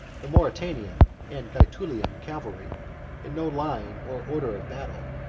the mauritanian and gae tulian cavalry in no line or order of battle,